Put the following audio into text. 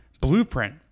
blueprint